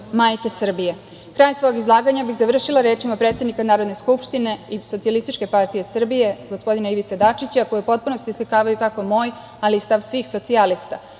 majke Srbije. Kraj svog izlaganja bih završila rečima predsednika Narodne skupštine i Socijalističke partije Srbije, gospodina Ivice Dačića, koje u potpunosti oslikavaju kako moj, ali i stav svih socijalista: